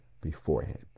beforehand